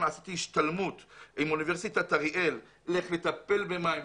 עשיתי השתלמות עם אוניברסיטת אריאל איך לטפל במים,